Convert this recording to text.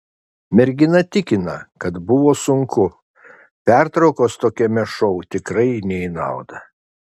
mergina tikina kad buvo sunku pertraukos tokiame šou tikrai ne į naudą